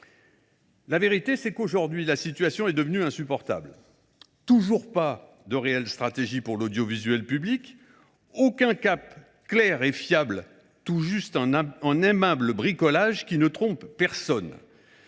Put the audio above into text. En vérité, la situation est devenue insupportable. Il n’y a toujours pas de réelle stratégie pour l’audiovisuel public, aucun cap clair et fiable, tout juste un aimable bricolage qui ne trompe personne.